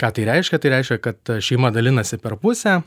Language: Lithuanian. ką tai reiškia tai reiškia kad šeima dalinasi per pusę